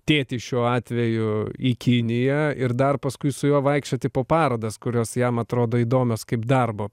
tėtį šiuo atveju į kiniją ir dar paskui su juo vaikščioti po parodas kurios jam atrodo įdomios kaip darbo